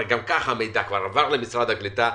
גם ככה המידע עבר למשרד הקליטה.